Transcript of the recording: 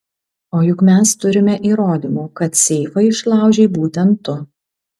o juk mes turime įrodymų kad seifą išlaužei būtent tu